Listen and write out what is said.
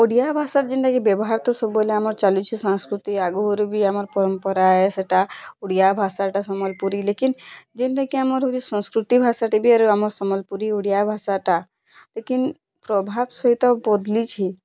ଓଡ଼ିଆ ଭାଷାର୍ ଯେନ୍ଟା କି ବ୍ୟବହାର୍ ତ ଆମର୍ ସବୁବେଲେ ଆମର୍ ଚାଲୁଛି ସାଂସ୍କୃତି ଆଗୁରୁ ବି ଆମର୍ ପରମ୍ପରାଏ ସେଟା ଓଡ଼ିଆ ଭାଷାଟା ସମ୍ବଲପୁରୀ ଲିକିନ୍ ଯେନ୍ଟା କି ଆମର୍ ହେଉଛି ସଂସ୍କୃତି ଭାଷାଟା ବି ଆରୁ ଆମର୍ ସମ୍ବଲପୁରୀ ଓଡ଼ିଆ ଭାଷାଟା ଲିକିନ୍ ପ୍ରଭାବ୍ ସହିତ ବଦଲିଛି